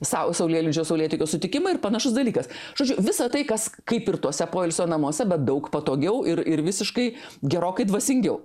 sau saulėlydžio saulėtekio sutikimai ir panašus dalykas žodžiu visa tai kas kaip ir tuose poilsio namuose bet daug patogiau ir ir visiškai gerokai dvasingiau